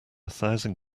thousand